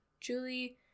Julie